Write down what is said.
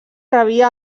rebia